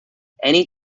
any